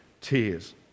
tears